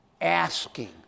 asking